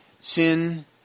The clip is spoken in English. sin